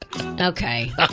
Okay